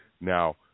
Now